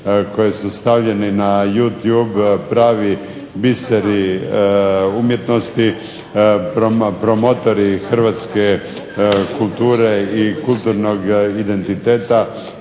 koji su stavljeni na Youtube pravi biseri umjetnosti, promotori hrvatske kulture i kulturnog identiteta